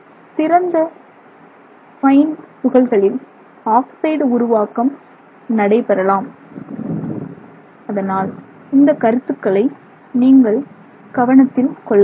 சிறிய பைன் துகள்களில் ஆக்ஸைடு உருவாக்கம் நடைபெறலாம் அதனால் இந்தக் கருத்துக்களை நீங்கள் கவனத்தில் கொள்ள வேண்டும்